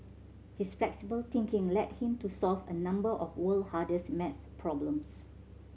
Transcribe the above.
his flexible thinking led him to solve a number of the world hardest math problems